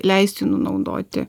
leistinų naudoti